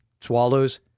swallows